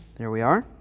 there we are.